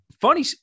funny